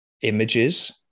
images